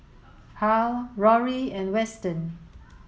Harl Rory and Weston